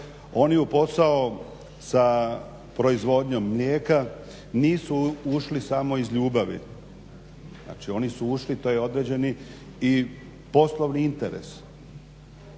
Oni u posao sa proizvodnjom mlijeka nisu ušli samo iz ljubavi, znači oni su ušli, to je određeni i poslovni interes.